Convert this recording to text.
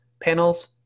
panels